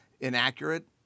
inaccurate